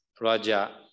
Raja